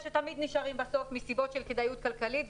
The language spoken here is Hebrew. שתמיד נשארים בסוף מסיבות של כדאיות כלכלית,